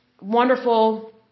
wonderful